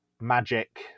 magic